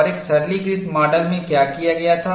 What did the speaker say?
और एक सरलीकृत माडल में क्या किया गया था